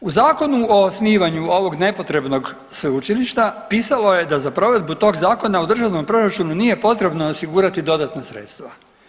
U zakonu o osnivanju ovog nepotrebnog sveučilišta pisalo je da za provedbu tog zakona u državnom proračunu nije potrebno osigurati dodatna sredstva.